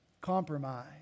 compromise